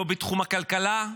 לא בתחום הכלכלה,